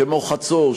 כמו חצור,